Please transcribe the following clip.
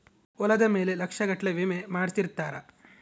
ಹೊಲದ ಮೇಲೆ ಲಕ್ಷ ಗಟ್ಲೇ ವಿಮೆ ಮಾಡ್ಸಿರ್ತಾರ